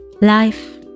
Life